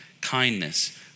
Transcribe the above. kindness